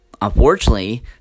unfortunately